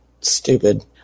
stupid